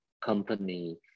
company